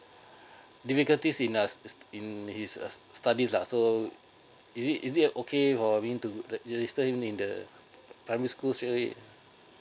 difficulties in uh in his uh studies lah so is it is it okay for me to register in the primary school